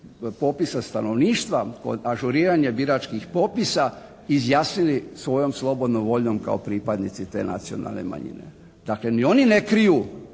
popisa stanovništva, kod ažuriranja biračkih popisa izjasnili svojom slobodnom voljom kao pripadnici te nacionalne manjine. Dakle, ni oni ne kriju